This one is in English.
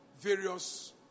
various